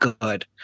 good